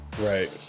Right